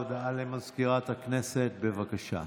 הודעה למזכירת הכנסת, בבקשה.